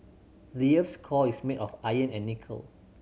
the earth's core is made of iron and nickel